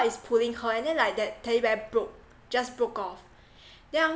is pulling her and then like that teddy bear broke just broke off then